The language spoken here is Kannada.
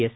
ಎಸ್